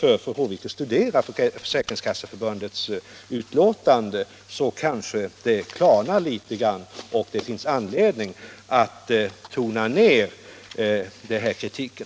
Fru Håvik borde studera Försäkringskasseförbundets utlå tande, så kanske begreppen klarnar litet och det blir anledning att tona ner kritiken.